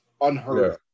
unheard